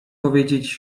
powiedzieć